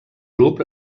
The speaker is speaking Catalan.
grup